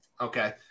Okay